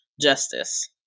justice